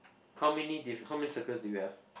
how many diff~ how many circles do you have